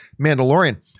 Mandalorian